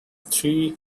three